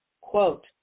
Quote